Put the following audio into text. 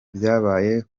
vyabaye